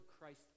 Christ